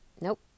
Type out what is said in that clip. Nope